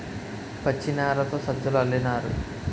పచ్చినారతో సజ్జలు అల్లినారు